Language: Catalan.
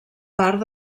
part